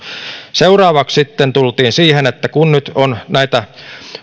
seuraavaksi sitten tultiin siihen että kun nyt on näitä